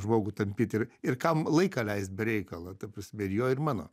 žmogų tampyt ir ir kam laiką leist be reikalo ta prasme ir jo ir mano